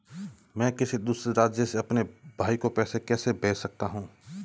मैं किसी दूसरे राज्य से अपने भाई को पैसे कैसे भेज सकता हूं?